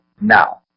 Now